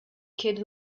kid